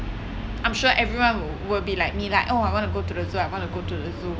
I'm sure everyone w~ will be like me lah oh I want to go to the zoo I want to go to the zoo